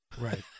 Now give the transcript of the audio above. Right